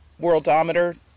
worldometer